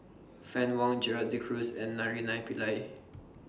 Fann Wong Gerald De Cruz and Naraina Pillai